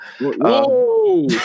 Whoa